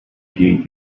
few